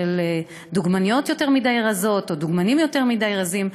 של דוגמניות יותר מדי רזות או דוגמנים יותר מדי רזים,